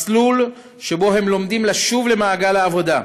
מסלול שבו הם לומדים לשוב למעגל העבודה,